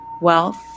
wealth